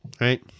Right